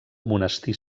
monestir